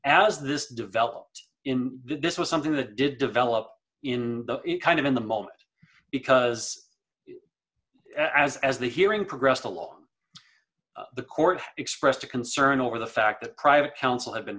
as this developed in this was something that did develop in the kind of in the moment because as as the hearing progressed along the court expressed a concern over the fact that private counsel had been